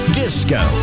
disco